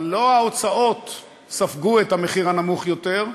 אבל לא ההוצאות ספגו את המחיר הנמוך יותר,